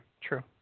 true